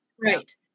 Right